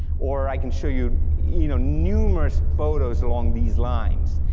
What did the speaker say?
or i can show you you know numerous photos along these lines,